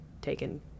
taken